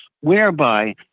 whereby